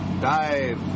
Dive